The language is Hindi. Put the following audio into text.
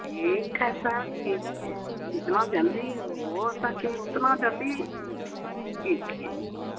ठीक है सर कीजिए जितना जल्दी हो सके उतना जल्दी कीजिए